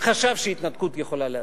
חשב שהתנתקות יכולה להצליח.